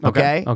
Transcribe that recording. Okay